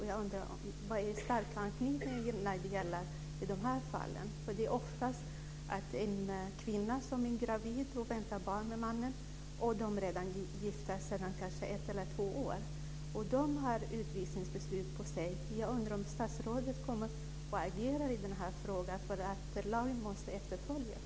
Jag undrar vad som är stark anknytning när det gäller dessa fall, eftersom det ofta handlar om en kvinna som väntar barn med mannen, och de är kanske gifta sedan ett eller två år tillbaka, och de har fått ett utvisningsbeslut. Jag undrar om statsrådet kommer att agera i denna fråga, eftersom lagen måste följas.